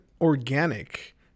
organic